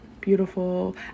beautiful